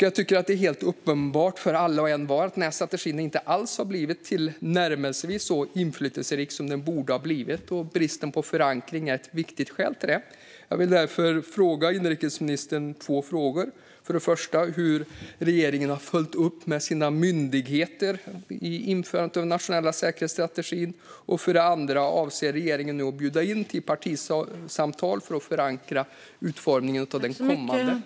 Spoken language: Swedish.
Jag tror att det är helt uppenbart för alla och envar att den här strategin inte alls har blivit tillnärmelsevis så inflytelserik som den borde ha blivit. Bristen på förankring är en viktig orsak till det. Jag vill därför ställa två frågor till inrikesministern. För det första: Hur har regeringen följt upp införandet av den nationella säkerhetsstrategin med sina myndigheter? För det andra: Avser regeringen nu att bjuda in till partisamtal för att förankra utformningen av den kommande strategin?